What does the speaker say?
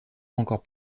encore